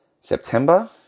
September